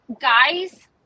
Guys